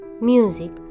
music